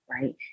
Right